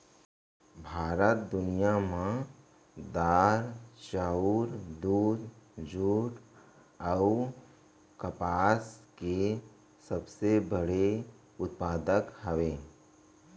भारत दुनिया मा दार, चाउर, दूध, जुट अऊ कपास के सबसे बड़े उत्पादक हवे